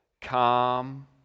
calm